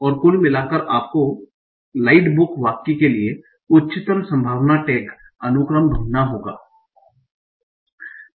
और कुल मिलाकर आपको लाइट बुक वाक्य के लिए उच्चतम संभावना टैग अनुक्रम ढूंढना होगा